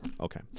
Okay